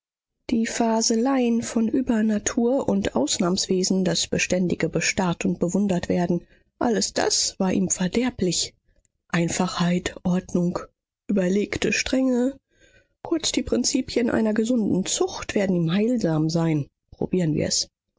die faseleien von übernatur und ausnahmswesen das beständige bestarrt und bewundertwerden alles das war ihm verderblich einfachheit ordnung überlegte strenge kurz die prinzipien einer gesunden zucht werden ihm heilsam sein probieren wir's